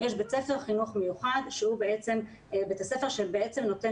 יש בית ספר חינוך מיוחד שהוא בית הספר שבעצם נותן